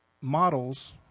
models